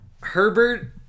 Herbert